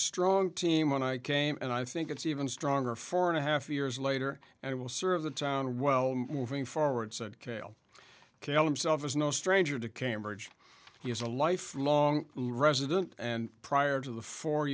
strong team when i came and i think it's even stronger four and a half years later and it will serve the town well moving forward said cayle caleb self is no stranger to cambridge he is a lifelong resident and prior to the four